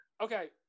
okay